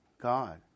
God